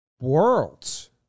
worlds